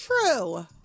True